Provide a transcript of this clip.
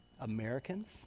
Americans